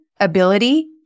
ability